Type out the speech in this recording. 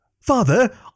Father